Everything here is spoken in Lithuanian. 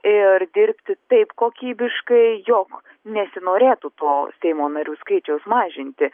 ir dirbti taip kokybiškai jog nesinorėtų to seimo narių skaičiaus mažinti